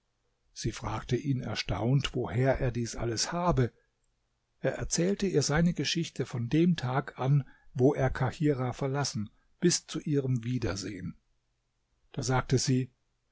sie fragte ihn erstaunt woher er dies alles habe er erzählte ihr seine geschichte von dem tag an wo er kahirah verlassen bis zu ihrem wiedersehen da sagte sie